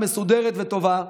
מסודרת וטובה.